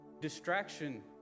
distraction